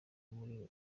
muri